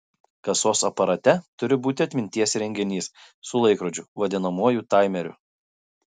kasos aparate turi būti atminties įrenginys su laikrodžiu vadinamuoju taimeriu